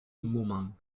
moment